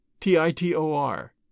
T-I-T-O-R